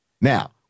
Now